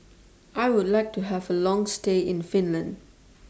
I Would like to Have A Long stay in Finland